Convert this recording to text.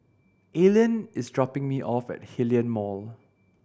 Aline is dropping me off at Hillion Mall